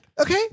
Okay